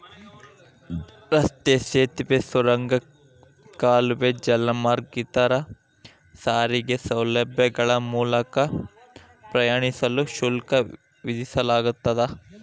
ರಸ್ತೆ ಸೇತುವೆ ಸುರಂಗ ಕಾಲುವೆ ಜಲಮಾರ್ಗ ಇತರ ಸಾರಿಗೆ ಸೌಲಭ್ಯಗಳ ಮೂಲಕ ಪ್ರಯಾಣಿಸಲು ಶುಲ್ಕ ವಿಧಿಸಲಾಗ್ತದ